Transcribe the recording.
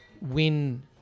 win